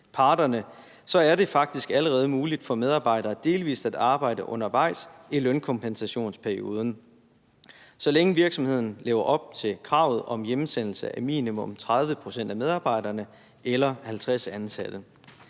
så er det faktisk allerede muligt for medarbejdere delvis at arbejde undervejs i lønkompensationsperioden, så længe virksomheden lever op til kravet om hjemsendelse af minimum 30 pct. af medarbejderne eller 50 ansatte.